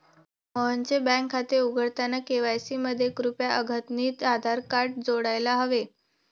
मोहनचे बँक खाते उघडताना के.वाय.सी मध्ये कृपया अद्यतनितआधार कार्ड जोडायला हवे